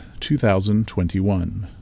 2021